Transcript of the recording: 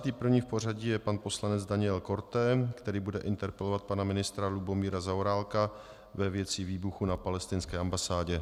Třicátý první v pořadí je pan poslanec Daniel Korte, který bude interpelovat pana ministra Lubomíra Zaorálka ve věci výbuchu na palestinské ambasádě.